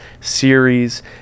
series